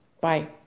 Bye